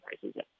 prices